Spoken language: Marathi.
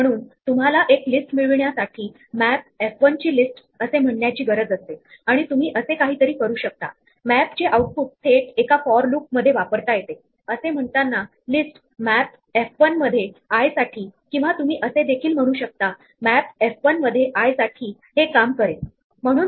आपण पाहिले की जर आपण सेट आर्ग्युमेंट सोबत दिले नाही तर तुम्हाला रिकामा सेट मिळतो परंतु जर आपण 1 3 2 1 4 अशी काही लिस्ट दिली आणि त्याला नंबर असे नाव दिले तर हा सेट असल्यामुळे जे रिपीट झाले आहेत ते निघून जातील आणि आपल्याला 0 1 2 3 4 या नंबरचा सेट मिळेल